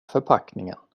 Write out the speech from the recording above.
förpackningen